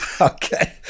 Okay